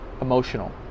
emotional